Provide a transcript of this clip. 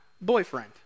boyfriend